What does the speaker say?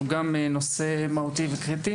הוא נושא מהותי וקריטי